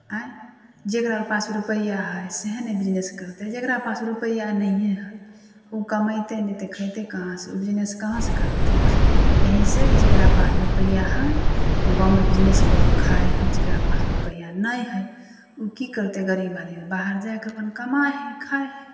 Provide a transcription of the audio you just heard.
आयँ जकरा पास रुपैआ हइ सएह ने बिजनेस करतै जकरा पास रुपैआ नहिए हइ ओ कमेतै नहि तऽ खेतै कहाँसँ ओ बिजनेस कहाँसँ करतै एहिसँ जकरा पास रुपैआ हइ ओ गाँवमे बिजनेस कऽ कऽ खाइ हइ जकरा पास रुपैआ नहि हइ ओ की करतै गरीब आदमी बाहर जा कऽ अपन कमाइ हइ खाइ हइ